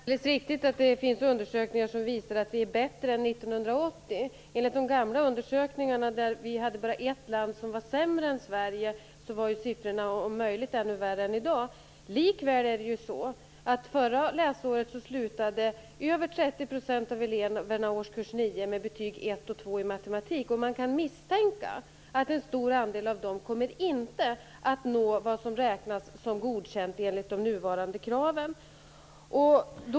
Fru talman! Det är alldeles riktigt att det finns undersökningar som visar att vi är bättre än 1980. Enligt de gamla undersökningarna var det bara ett land som var sämre än Sverige, och siffrorna var då om möjligt ännu värre än i dag. Likväl är det så att förra läsåret slutade över 30 % av eleverna i årskurs 9 med betyg 1 och 2 i matematik. Man kan misstänka att en stor andel av dem inte kommer att nå vad som räknas som godkänt enligt de nuvarande kraven.